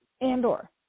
Andor